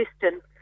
distance